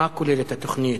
מה כוללת התוכנית,